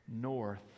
north